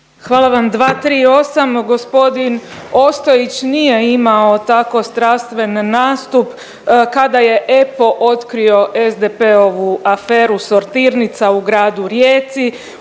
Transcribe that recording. Hvala vam. 238, gospodin Ostojić nije imao tako strastven nastup kada je EPPO otkrio SDP-ovu aferu Sortirnica u gradu Rijeci